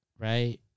right